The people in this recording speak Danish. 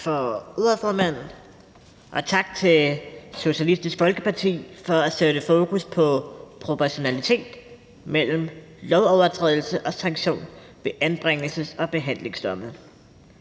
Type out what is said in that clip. tak for ordet, formand. Og tak til Socialistisk Folkeparti for at sætte fokus på proportionalitet mellem lovovertrædelse og sanktion ved anbringelses- og behandlingsdomme.